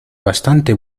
bastante